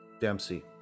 Dempsey